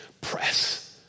Press